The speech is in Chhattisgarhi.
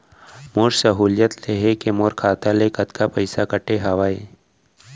मोर सहुलियत लेहे के मोर खाता ले कतका पइसा कटे हवये?